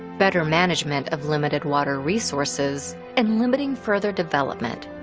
better management of limited water resources, and limiting further development,